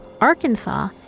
Arkansas